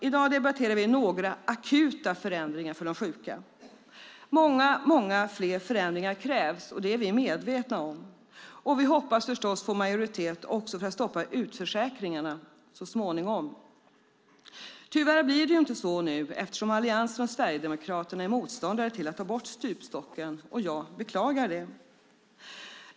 I dag debatterar vi några akuta förändringar för de sjuka. Många fler förändringar krävs. Det är vi medvetna om. Och vi hoppas förstås få majoritet också för att stoppa utförsäkringarna så småningom. Tyvärr blir det inte så nu, eftersom Alliansen och Sverigedemokraterna är motståndare till att ta bort stupstocken. Jag beklagar det.